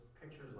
pictures